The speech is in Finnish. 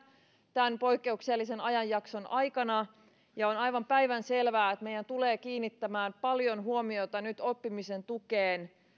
tämän poikkeuksellisen ajanjakson aikana on aivan päivänselvää että meidän tulee kiinnittää paljon huomiota nyt oppimisen tukeen